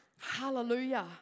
Hallelujah